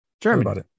Germany